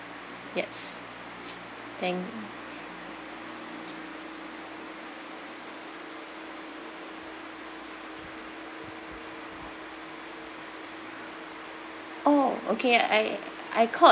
yes thank oh okay I I called